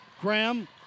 Graham